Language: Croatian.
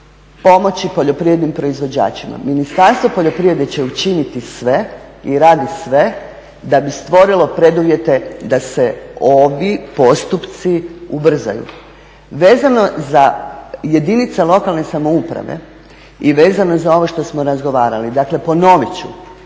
pomoći poljoprivrednim proizvođačima. Ministarstvo poljoprivrede će učiniti sve i radi sve da bi stvorilo preduvjete da se ovi postupci ubrzaju. Vezano za jedinice lokalne samouprave i vezano za ovo što smo razgovarali, dakle ponovit ću,